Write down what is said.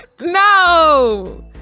No